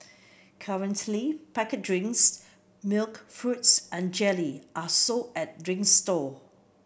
currently packet drinks milk fruits and jelly are sold at drinks stall